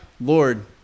Lord